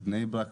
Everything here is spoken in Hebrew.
בני ברק,